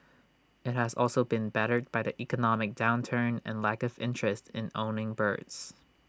IT has also been battered by the economic downturn and lack of interest in owning birds